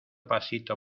pasito